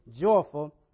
joyful